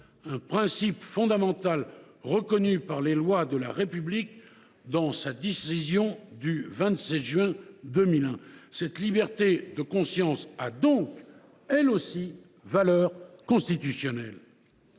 un principe fondamental reconnu par les lois de la République dans sa décision du 27 juin 2001. Cette liberté de conscience a donc, elle aussi, valeur constitutionnelle.